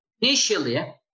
Initially